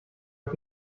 mit